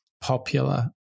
popular